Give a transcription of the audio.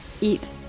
eat